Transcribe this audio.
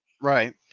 Right